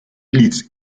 лиц